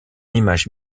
image